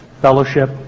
fellowship